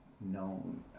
known